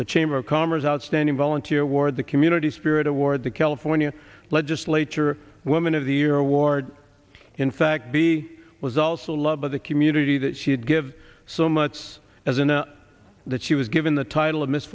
the chamber of commerce outstanding volunteer ward the community spirit award the california legislature women of the year award in fact be was also love of the community that she'd give so much as an a that she was given the title of miss